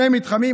2 מתחמים,